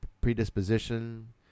predisposition